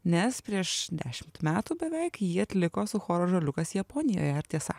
nes prieš dešimt metų beveik jį atliko su choru ąžuoliukas japonijoje ar tiesa